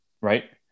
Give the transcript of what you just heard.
right